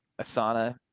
asana